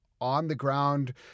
on-the-ground